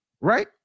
right